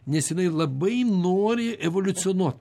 nes jinai labai nori evoliucionuot